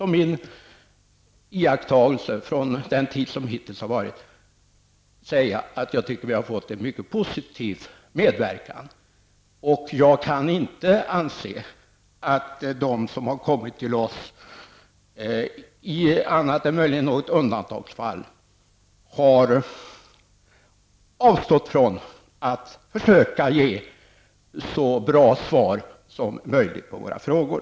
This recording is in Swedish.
Min iakttagelse från den tid som hittills har varit är att vi fått en mycket positiv medverkan. Jag anser inte att de som har kommit till oss -- annat än i undantagsfall -- har avstått från att försöka ge så bra svar som möjligt på våra frågor.